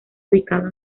ubicado